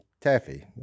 Taffy